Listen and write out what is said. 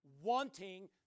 wanting